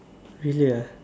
really ah